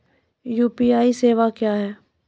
UPI सेवा क्या हैं?